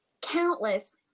countless